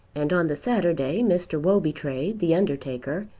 and on the saturday mr. wobytrade, the undertaker,